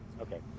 Okay